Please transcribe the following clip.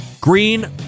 Green